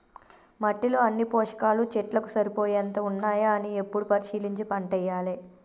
మట్టిలో అన్ని పోషకాలు చెట్లకు సరిపోయేంత ఉన్నాయా అని ఎప్పుడు పరిశీలించి పంటేయాలే